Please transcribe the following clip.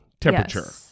temperature